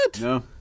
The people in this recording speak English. no